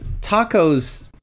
tacos